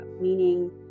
meaning